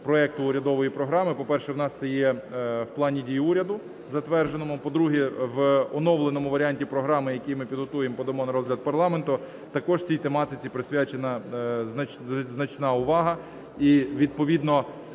проекту урядової програми. По-перше, в нас є в плані дій уряду затвердженому. По-друге, в оновленому варіанті програми, який ми підготуємо, подамо на розгляд парламенту, також цій тематиці присвячена значна увага. І, відповідно,